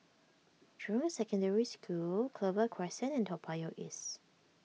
Jurong Secondary School Clover Crescent and Toa Payoh East